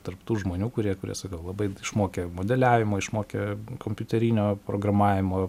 tarp tų žmonių kurie kurie sakau labai išmokė modeliavimo išmokė kompiuterinio programavimo